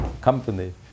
company